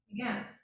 Again